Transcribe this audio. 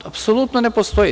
Apsolutno ne postoji.